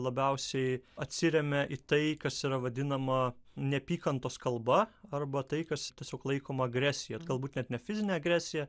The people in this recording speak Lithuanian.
labiausiai atsiremia į tai kas yra vadinama neapykantos kalba arba tai kas tiesiog laikoma agresija galbūt net ne fizine agresija